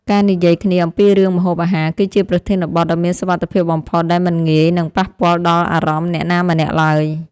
ការនិយាយគ្នាអំពីរឿងម្ហូបអាហារគឺជាប្រធានបទដ៏មានសុវត្ថិភាពបំផុតដែលមិនងាយនឹងប៉ះពាល់ដល់អារម្មណ៍អ្នកណាម្នាក់ឡើយ។